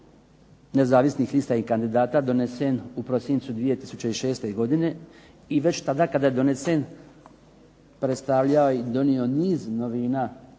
nezavisnih lista i kandidata donesen u prosincu 2006. godine i već tada kada je donesen predstavljao je i donio niz novina